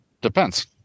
Depends